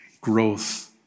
growth